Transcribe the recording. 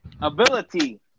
Ability